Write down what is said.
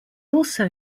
also